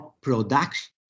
production